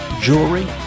jewelry